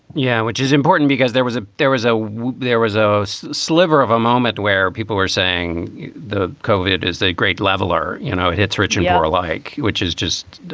yeah, which is important because there was a there was a there was a sliver of a moment where people were saying the kove. it is the great leveler. you know, it hits rich and poor alike, which is just